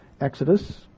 Exodus